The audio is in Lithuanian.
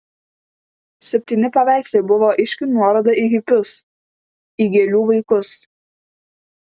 septyni paveikslai buvo aiški nuoroda į hipius į gėlių vaikus